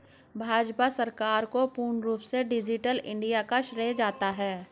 भाजपा सरकार को पूर्ण रूप से डिजिटल इन्डिया का श्रेय जाता है